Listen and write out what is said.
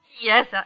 Yes